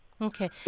okay